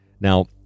Now